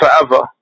forever